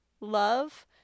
love